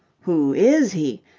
who is he!